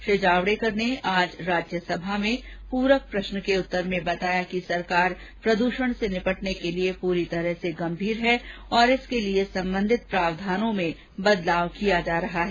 श्री जावड़ेकर ने आज राज्यसभा में एक पूरक प्रश्न के उत्तर में बताया कि सरकार प्रदूषण से निपटने के लिए पूरी तरह से गंभीर है और इसके लिए संबंधित प्रावधानों में बदलाव किया जा रहा है